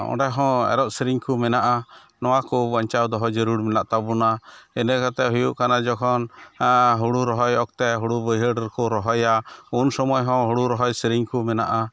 ᱚᱸᱰᱮᱦᱚᱸ ᱮᱨᱚᱜ ᱥᱮᱨᱮᱧᱠᱚ ᱢᱮᱱᱟᱜᱼᱟ ᱱᱚᱣᱟᱠᱚ ᱵᱟᱧᱪᱟᱣ ᱫᱚᱦᱚ ᱡᱟᱹᱨᱩᱲ ᱢᱮᱱᱟᱜ ᱛᱟᱵᱚᱱᱟ ᱤᱱᱟᱹ ᱠᱟᱛᱮᱫ ᱦᱩᱭᱩᱜ ᱠᱟᱱᱟ ᱡᱚᱠᱷᱚᱱ ᱦᱩᱲᱩ ᱨᱚᱦᱚᱭ ᱚᱠᱛᱮ ᱦᱩᱲᱩ ᱵᱟᱹᱭᱦᱟᱹᱲ ᱨᱮᱠᱚ ᱨᱚᱦᱚᱭᱟ ᱩᱱᱥᱚᱢᱚᱭᱦᱚᱸ ᱦᱩᱲᱩᱨᱚᱦᱚᱭ ᱥᱮᱨᱮᱧᱠᱚ ᱢᱮᱱᱟᱜᱼᱟ